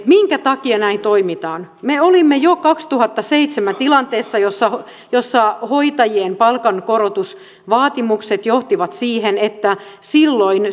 minkä takia näin toimitaan me olimme jo kaksituhattaseitsemän tilanteessa jossa jossa hoitajien palkankorotusvaatimukset johtivat siihen että silloin